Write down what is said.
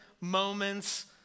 moments